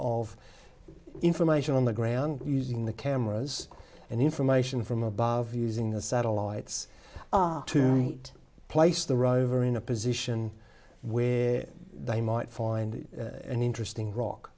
of information on the ground using the cameras and information from above using the satellites to meet place the rover in a position where they might find an interesting rock